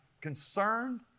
concerned